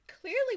Clearly